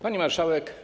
Pani Marszałek!